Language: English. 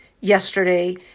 yesterday